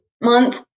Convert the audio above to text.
month